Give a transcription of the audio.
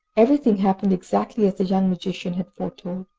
everything happened exactly as the young magician had foretold.